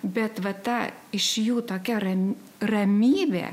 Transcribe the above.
bet va ta iš jų tokia rami ramybė